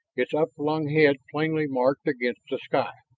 its upflung head plainly marked against the sky.